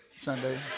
Sunday